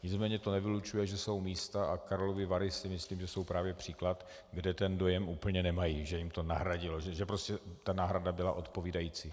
Nicméně to nevylučuje, že jsou místa, a Karlovy Vary si myslím, že jsou právě příklad, kde ten dojem úplně nemají, že jim to nahradilo, že prostě ta náhrada byla odpovídající.